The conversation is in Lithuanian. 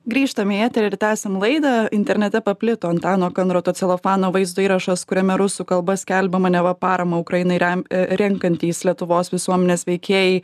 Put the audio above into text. grįžtam į eterį ir tęsiam laidą internete paplito antano kandroto celofano vaizdo įrašas kuriame rusų kalba skelbiama neva paramą ukrainai remia renkantys lietuvos visuomenės veikėjai